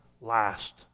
last